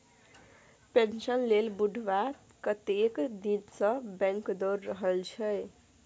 pension लेल बुढ़बा कतेक दिनसँ बैंक दौर रहल छै